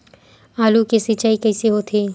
आलू के सिंचाई कइसे होथे?